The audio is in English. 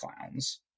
clowns